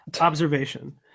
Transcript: observation